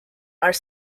are